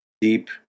deep